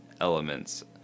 elements